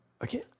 Again